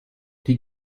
die